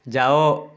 ଯାଅ